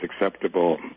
acceptable